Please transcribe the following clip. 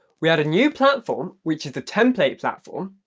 we add a new platform, which is the template platform,